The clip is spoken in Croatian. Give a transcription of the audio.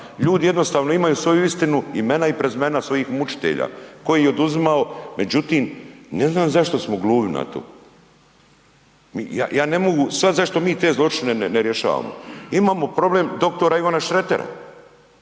ljudi jednostavno imaju svoju istinu, imena i prezimena svojih mučitelja koji je oduzimao međutim ne znam zašto smo gluhi na to. Ja ne mogu shvatiti zašto mi te zločine ne rješavamo. Imamo problem dr. Ivana Šretera.